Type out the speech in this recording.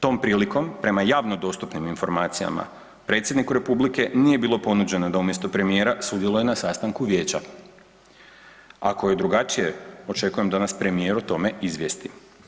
Tom prilikom prema javno dostupnim informacijama, predsjedniku republike nije bilo ponuđeno da umjesto premijera sudjeluje na sastanku vijeća, ako je drugačije očekujem da nas premijer o tome izvijesti.